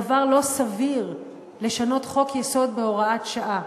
דבר לא סביר לשנות חוק-יסוד בהוראת שעה,